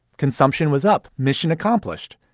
consumption was up. mission accomplished.